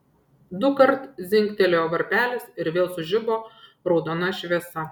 dukart dzingtelėjo varpelis ir vėl sužibo raudona šviesa